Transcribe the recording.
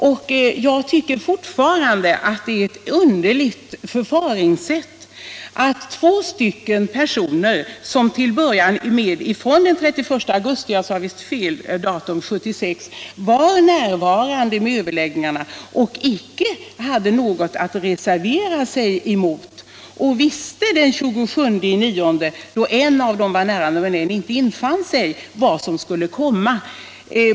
Jag vidhåller att undertecknandet av skrivelsen till utskottet är ett underligt förfaringssätt av två personer som från den 31 augusti 1976 var närvarande vid överläggningarna i departementet och då icke hade något att reservera sig mot. En infann sig inte.